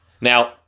Now